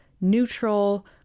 neutral